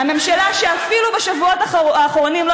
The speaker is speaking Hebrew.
אני